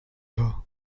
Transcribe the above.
her